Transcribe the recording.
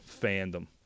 fandom